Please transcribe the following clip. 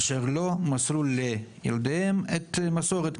אשר לא מסרו לילדיהם את המסורת,